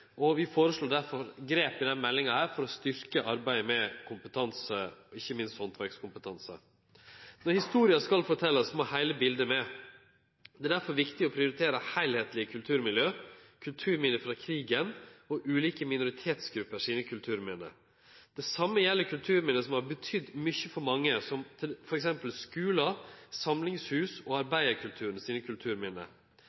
og vi foreslår derfor grep i denne meldinga for å styrke arbeidet med kompetanse – ikkje minst handverkskompetanse. Når historia skal forteljast, må heile bildet med. Det er derfor viktig å prioritere heilskaplege kulturmiljø, kulturminne frå krigen og ulike minoritetsgrupper sine kulturminne. Det same gjeld kulturminne som har betydd mykje for mange, som f.eks. skular, samlingshus og